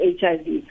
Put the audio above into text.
HIV